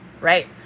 right